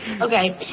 Okay